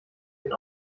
den